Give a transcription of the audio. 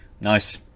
nice